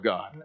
God